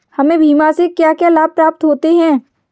हमें बीमा से क्या क्या लाभ प्राप्त होते हैं?